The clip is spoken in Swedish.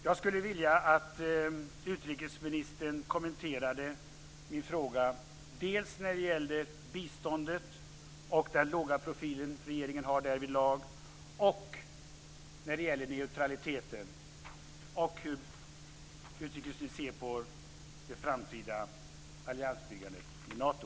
Jag skulle vilja att utrikesministern kommenterade min fråga, dels när det gäller biståndet och den låga profil som regeringen har därvidlag, dels när det gäller neutraliteten och hur utrikesministern ser på det framtida alliansbyggandet i Nato.